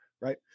right